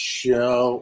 show